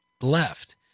left